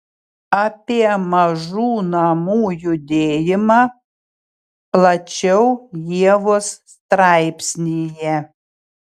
apie mažų namų judėjimą plačiau ievos straipsnyje